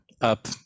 up